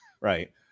Right